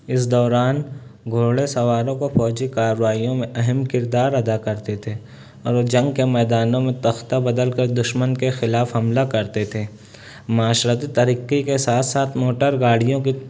اس دوران گھڑ سواروں کو فوجی کاروائیوں میں اہم کردار ادا کرتے تھے اور وہ جنگ کے میدانوں میں تختہ بدل کر دشمن کے خلاف حملہ کرتے تھے معاشرتی ترقی کے ساتھ ساتھ موٹر گاڑیوں کی